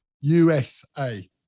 USA